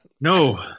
No